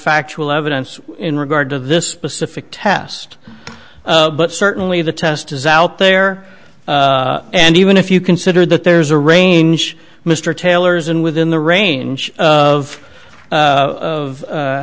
factual evidence in regard to this specific test but certainly the test is out there and even if you consider that there's a range mr taylor's in within the range of